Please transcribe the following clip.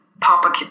Papa